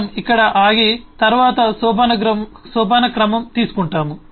మనం ఇక్కడ ఆగి తరువాత సోపానక్రమం తీసుకుంటాము